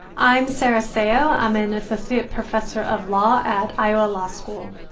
i'm sarah sayo. i'm an associate professor of law at iowa law school.